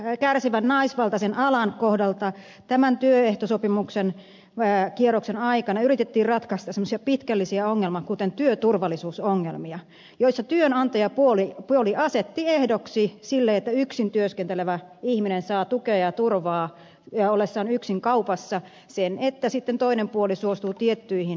silpputyöstä kärsivän naisvaltaisen alan kohdalla tämän työehtosopimuskierroksen aikana yritettiin ratkaista semmoisia pitkällisiä ongelmia kuten työturvallisuusongelmia joissa työnantajapuoli asetti ehdoksi sille että yksin työskentelevä ihminen saa tukea ja turvaa ollessaan yksin kaupassa sen että sitten toinen puoli suostuu tiettyihin työaikamuutoksiin